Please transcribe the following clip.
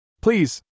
Please